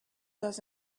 those